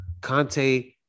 Conte